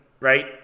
right